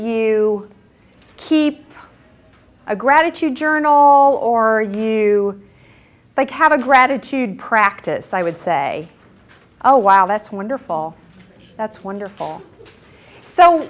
you keep a gratitude journal all or are you like have a gratitude practice i would say oh wow that's wonderful that's wonderful so